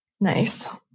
Nice